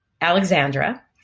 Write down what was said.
Alexandra